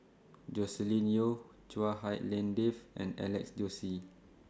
Joscelin Yeo Chua Hak Lien Dave and Alex Josey